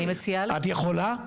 אני מציעה לך --- את יכולה להפסיק?